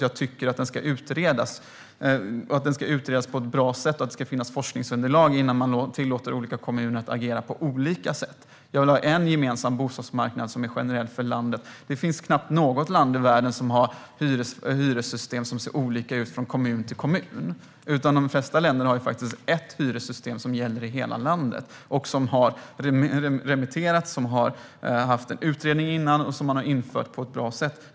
Jag tycker att frågan ska utredas och utredas bra så att det finns forskningsunderlag innan man tillåter olika kommuner att agera på olika sätt. Jag vill ha en gemensam bostadsmarknad som är generell för landet. Det finns knappt något land i världen som har hyressystem som ser olika ut från kommun till kommun. De flesta länder har ett hyressystem som gäller i hela landet. Det har utretts, remitterats och införts på ett bra sätt.